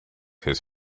his